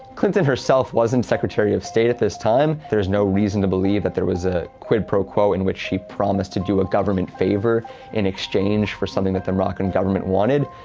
clinton herself wasn't secretary of state at this time. there's no reason to believe that there was a quid pro quo in which she promised to do a government favor in exchange for something that the moroccan government wanted.